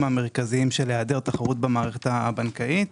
המרכזיים של היעדר תחרות המערכת הבנקאית.